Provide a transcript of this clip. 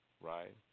Right